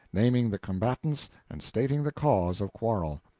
naming the combatants and stating the cause of quarrel.